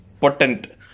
potent